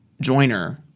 joiner